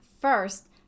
First